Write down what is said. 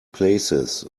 places